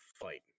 fight